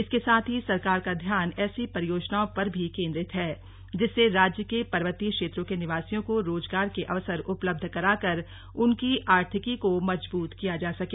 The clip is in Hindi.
इसके साथ ही सरकार का ध्यान ऐसी परियोजनाओं पर भी केंद्रित है जिससे राज्य के पर्वतीय क्षेत्रों के निवासियों को रोजगार के अवसर उपलब्ध कराकर उनकी आर्थिकी को मजबूत किया जा सके